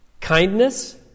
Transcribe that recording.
kindness